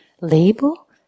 label